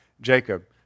Jacob